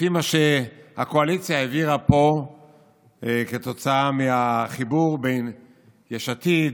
לפי מה שהקואליציה העבירה פה כתוצאה מהחיבור בין יש עתיד,